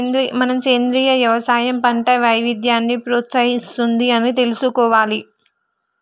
మనం సెంద్రీయ యవసాయం పంట వైవిధ్యాన్ని ప్రోత్సహిస్తుంది అని తెలుసుకోవాలి